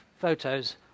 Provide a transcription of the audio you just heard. photos